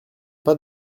pas